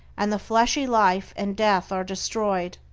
and the fleshly life and death are destroyed,